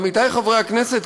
עמיתי חברי הכנסת,